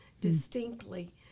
distinctly